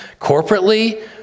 corporately